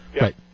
right